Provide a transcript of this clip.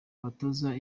abatoza